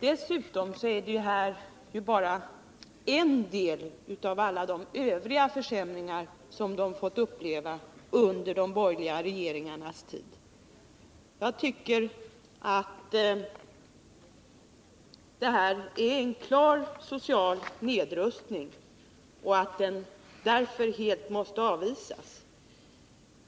Dessutom är det här ju bara en del av alla de övriga försämringar som pensionärerna och låginkomsttagarna fått uppleva under de borgerliga regeringarnas tid. Jag tycker att detta är en klar social nedrustning och att det därför helt måste avvisas.